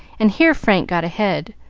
and here frank got ahead,